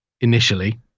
initially